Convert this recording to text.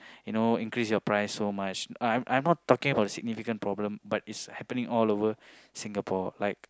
you know increase your price so much I I I'm not talking about a significant problem but it's happening all over Singapore like